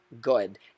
good